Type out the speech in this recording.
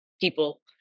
people